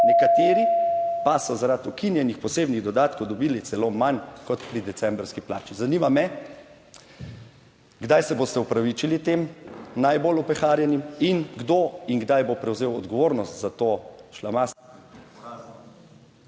nekateri pa so zaradi ukinjenih posebnih dodatkov dobili celo manj kot pri decembrski plači. Zanima me, kdaj se boste opravičili tem najbolj opeharjenim in kdo in kdaj bo prevzel odgovornost za to šlamastiko…